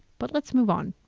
but let's move on.